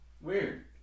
Weird